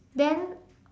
then